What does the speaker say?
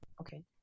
Okay